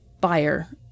buyer